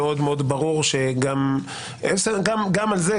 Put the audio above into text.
אני חושב שמאוד מאוד ברור שגם על זה,